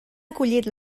acollit